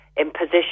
imposition